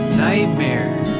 nightmare